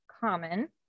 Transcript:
common